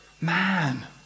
man